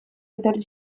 etorri